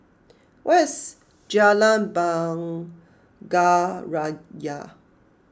where is Jalan Bunga Raya